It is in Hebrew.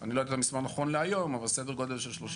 אני לא יודע את המספר נכון להיום אבל סדר גודל של 30